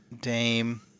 Dame